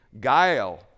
guile